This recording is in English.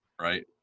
right